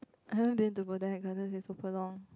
I don't dare to go there the garden is super long